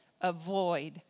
Avoid